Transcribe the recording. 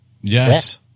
Yes